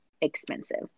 expensive